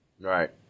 Right